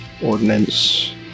Ordnance